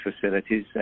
facilities